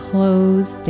Close